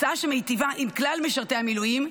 הצעה שמיטיבה עם כלל משרתי המילואים,